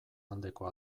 aldeko